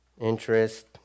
interest